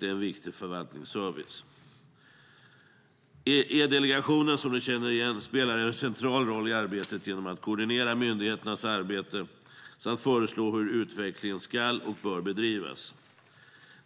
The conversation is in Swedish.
det är en viktig förvaltningsservice. E-delegationen, som vi känner igen, spelar en central roll i arbetet genom att koordinera myndigheternas arbete samt föreslå hur utvecklingen ska och bör bedrivas.